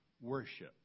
worship